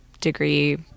degree